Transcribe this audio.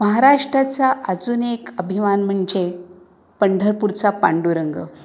महाराष्ट्राचा अजून एक अभिमान म्हणजे पंढरपूरचा पांडुरंग